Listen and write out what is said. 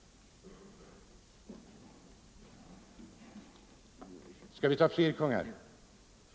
— Skall vi ta fler kungar?